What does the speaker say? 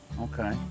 Okay